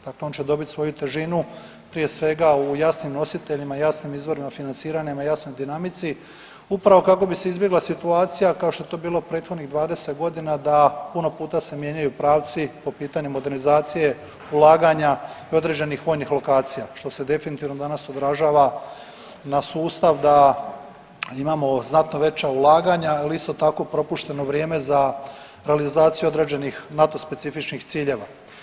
Dakle, on će dobiti svoju težinu prije svega u jasnim nositeljima, jasnim izvorima financiranja, jasnoj dinamici upravo kako bi se izbjegla situacija kao što je to bilo prethodnih 20 godina da puno puta se mijenjaju pravci po pitanju modernizacije ulaganja i određenih vojnih lokacija što se definitivno danas odražava na sustav da imamo znatno veća ulaganja ili isto tako propušteno vrijeme za realizaciju određenih NATO specifičnih ciljeva.